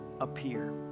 appear